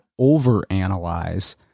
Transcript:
overanalyze